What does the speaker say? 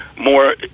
More